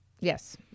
Yes